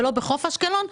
ולא בחוף אשקלון,